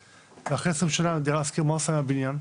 ואחרי 20 שנה "דירה להשכיר" מה היא עושה עם הבניין?